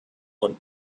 und